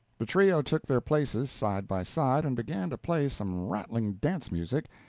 the trio took their places side by side, and began to play some rattling dance-music,